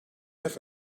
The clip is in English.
have